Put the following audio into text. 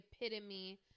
epitome